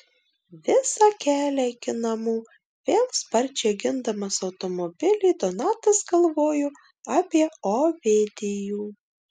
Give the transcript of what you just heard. visą kelią iki namų vėl sparčiai gindamas automobilį donatas galvojo apie ovidijų